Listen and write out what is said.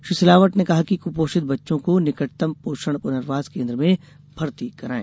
श्री सिलावट ने कहा कि कुपोषित बच्चों को निकटतम पोषण पुनर्वास केन्द्र में भर्ती करायें